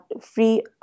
free